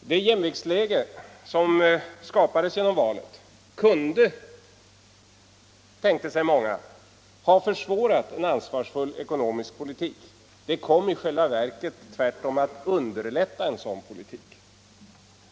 Det jämviktsläge som skapades genom valet kunde — tänkte sig många —- ha försvårat en ansvarsfull ekonomisk politik. Det kom tvärtom att underlätta en sådan politik.